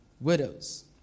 widows